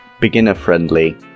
beginner-friendly